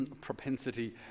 propensity